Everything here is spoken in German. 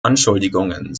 anschuldigungen